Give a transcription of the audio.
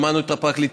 שמענו את הפרקליטות,